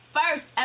first